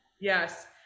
Yes